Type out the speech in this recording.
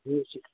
જે શ્રી